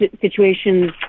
situations